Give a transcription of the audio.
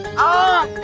ah!